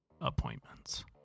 appointments